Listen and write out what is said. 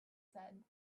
said